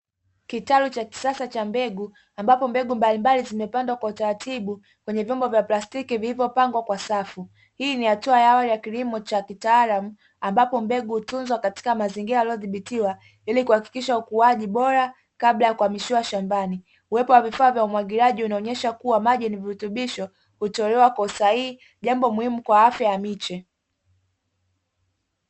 Kitalu cha kisasa cha mbegu ambapo mbegu mbalimbali zimepandwa kwa utaratibu kwenye vyombo vya plastiki vilivyopangwa kwa safu. Hii ni hatua ya awali ya kilimo cha kitaalamu ambapo mbegu hutunzwa katika mazingira yaliyodhibitiwa ili kuhakikisha ukuaji bora kabla ya kuhamishiwa shambani. Uwepo wa vifaa vya umwagiliaji unaonyesha kuwa maji yenye virutubishi hutolewa kwa usahihi jambo muhimu kwa afya ya miche.